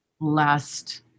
last